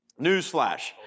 Newsflash